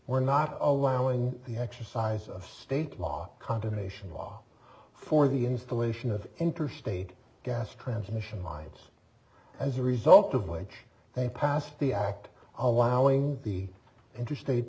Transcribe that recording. were not allowing the exercise of state law condemnation law for the installation of interstate gas transmission lines as a result of which they passed the act allowing the interstate